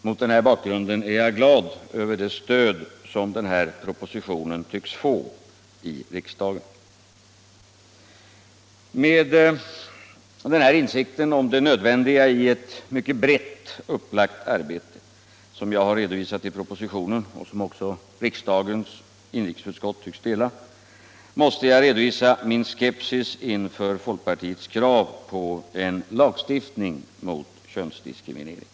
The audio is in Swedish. Mot den här bakgrunden är jag glad över det stöd som propositionen tycks få i riksdagen. Med den insikt om det nödvändiga i ett brett upplagt arbete, som jag har redovisat i propositionen och som även riksdagens inrikesutskott tycks dela, måste jag uttala min skepsis inför folkpartiets krav på en Kvinnor i statlig lagstiftning mot könsdiskriminering.